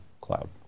cloud